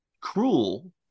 cruel